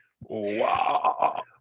Wow